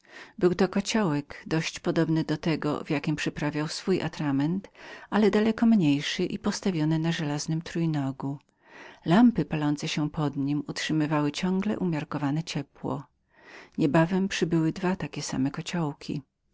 był to kociołek dość podobny do tego w jakim przyprawiał swój atrament ale daleko mniejszy i postawiony na żelaznym trójnogu lampa paląca się pod nim utrzymywała ciągle umiarkowane ciepło niebawem przybyły dwa takie same